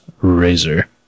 Razor